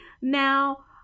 Now